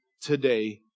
today